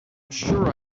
sure